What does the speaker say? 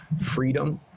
Freedom